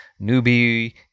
newbie